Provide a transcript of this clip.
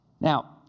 Now